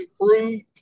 improved